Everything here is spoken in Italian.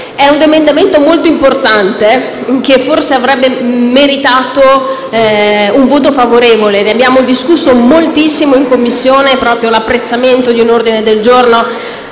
di un emendamento molto importante, che forse avrebbe meritato un voto favorevole, dato che ne abbiamo discusso moltissimo in Commissione e l'apprezzamento di un ordine del giorno